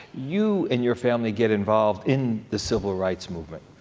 you and your family get involved in the civil rights movement.